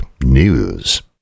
News